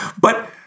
But-